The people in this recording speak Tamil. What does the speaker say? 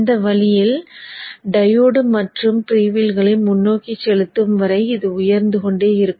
இந்த பாணியில் டையோடு மற்றும் ஃப்ரீவீல்களை முன்னோக்கிச் செலுத்தும் வரை இது உயர்ந்து கொண்டே இருக்கும்